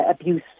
abuse